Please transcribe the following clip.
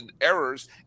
errors